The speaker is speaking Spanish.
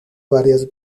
varias